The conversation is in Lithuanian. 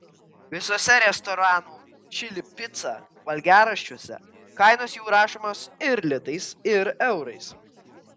visuose restoranų čili pica valgiaraščiuose kainos jau rašomos ir litais ir eurais